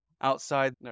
outside